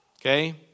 okay